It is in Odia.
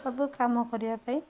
ସବୁ କାମ କରିବା ପାଇଁ